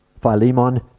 Philemon